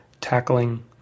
tackling